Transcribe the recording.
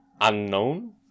unknown